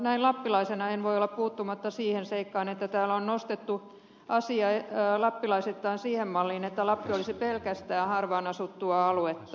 näin lappilaisena en voi olla puuttumatta siihen seikkaan että täällä on nostettu asia lappilaisittain siihen malliin että lappi olisi pelkästään harvaanasuttua aluetta